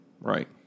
Right